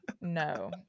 No